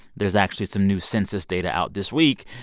there's actually some new census data out this week,